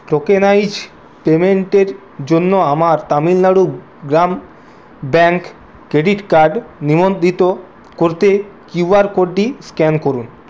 tokenised পেইমেন্টের জন্য আমার তামিলনাড়ু গ্রাম ব্যাংক ক্রেডিট কার্ড নিবন্ধিত করতে কিউআর কোডটি স্ক্যান করুন